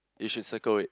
you should circle it